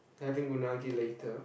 having unagi later